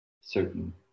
certain